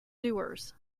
doers